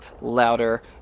louder